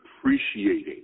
appreciating